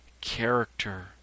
character